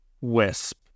WISP